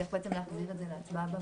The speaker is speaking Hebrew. צריך להחזיר את זה להצבעה בוועדה,